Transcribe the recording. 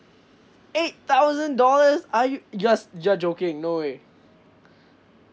eight thousand dollars are you you are jus~ joking no way